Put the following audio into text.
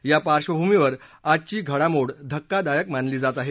त्या पार्श्वभूमीवर आजची घडामोड धक्कादायक मानली जात आहे